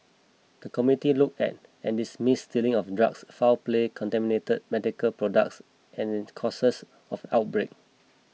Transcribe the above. the committee looked at and dismissed stealing of drugs foul play contaminated medical products and causes of outbreak